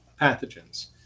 pathogens